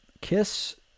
Kiss